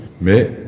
Mais